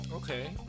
Okay